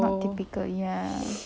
not typical ya